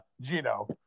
Gino